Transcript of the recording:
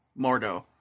Mordo